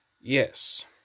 Yes